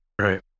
right